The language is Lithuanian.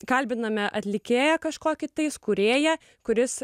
kalbiname atlikėją kažkokį tais kūrėją kuris